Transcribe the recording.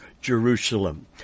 Jerusalem